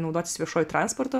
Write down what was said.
naudotis viešuoju transportu